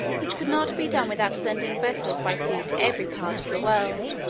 which could not be done without sending vessels by sea to every part of the world,